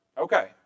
okay